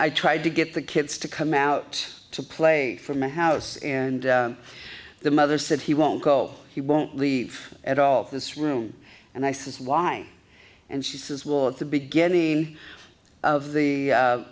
i tried to get the kids to come out to play for my house and the mother said he won't go he won't leave at all of this room and i says why and she says well at the beginning of the